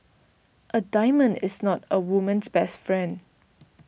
a diamond is not a woman's best friend